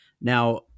Now